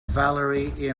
valerie